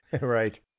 Right